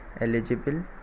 eligible